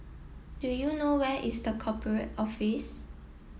do you know where is The Corporate Office